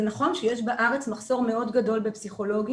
זה נכון שיש בארץ מחסור מאוד גדול בפסיכולוגים.